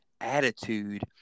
attitude